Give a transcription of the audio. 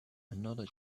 another